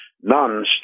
None